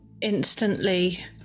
instantly